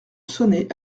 sonner